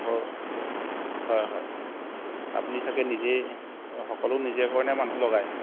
ঘৰৰ হয় হয় আপুনি চাগে নিজেই সকলো নিজেই কৰে নে মানুহ লগায়